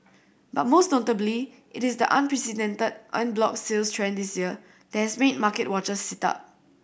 but most notably it is the unprecedented en bloc sales trend this year that has made market watchers sit up